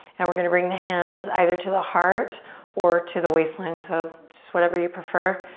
and we're gonna bring the hands either to the heart or to the waistline so just whatever you prefer.